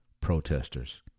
protesters